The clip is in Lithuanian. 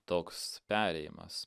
toks perėjimas